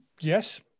Yes